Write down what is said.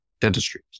dentistry